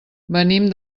venim